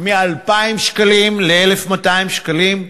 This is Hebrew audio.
מ-2,000 שקלים ל-1,200 שקלים,